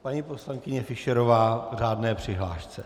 Paní poslankyně Fischerová v řádné přihlášce.